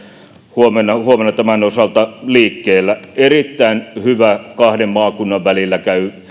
huomenna tämän osalta liikkeellä erittäin hyvä kahden maakunnan välillä